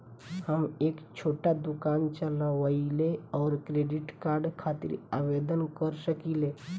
हम एक छोटा दुकान चलवइले और क्रेडिट कार्ड खातिर आवेदन कर सकिले?